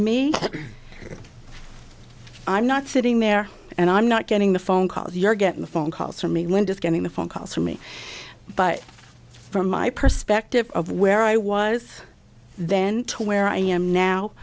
me i'm not sitting there and i'm not getting the phone calls you're getting the phone calls from me when just getting the phone calls from me but from my perspective of where i was then to where i am now